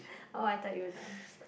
oh I thought you were done